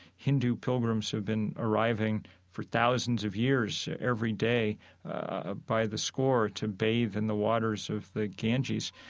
hindu pilgrims have been arriving for thousands of years every day ah by the score to bathe in the waters of the ganges.